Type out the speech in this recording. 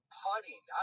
putting